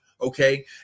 Okay